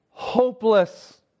hopeless